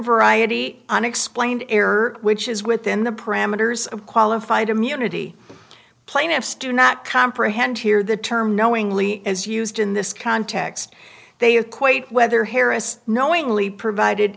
variety unexplained error which is within the parameters of qualified immunity plaintiffs do not comprehend here the term knowingly is used in this context they equate whether harris knowingly provided